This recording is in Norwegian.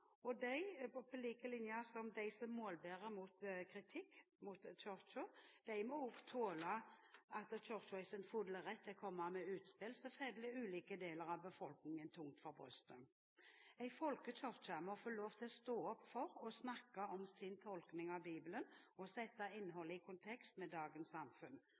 Og de må, på lik linke med dem som målbærer kritikk mot Kirken, også tåle at Kirken er i sin fulle rett til å komme med utspill som faller ulike deler av befolkningen tungt for brystet. En folkekirke må få lov til å stå opp for – og snakke om – sin tolkning av bibelen, og sette innholdet i kontekst med